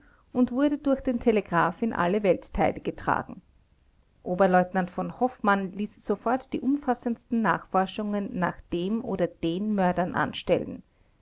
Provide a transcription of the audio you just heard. und wurde durch den telegraph in alle weltteile getragen oberleutnant v hoffmann ließ sofort die umfassendsten nachforschungen nach dem oder den mördern anstellen